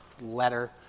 letter